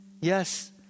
yes